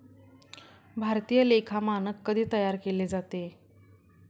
भारतीय लेखा मानक कधी तयार केले जाते?